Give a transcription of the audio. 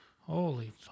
Holy